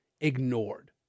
ignored